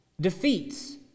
defeats